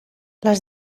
les